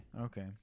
Okay